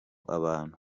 abantu